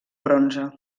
bronze